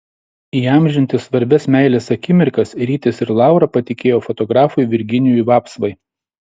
įamžinti svarbias meilės akimirkas rytis ir laura patikėjo fotografui virginijui vapsvai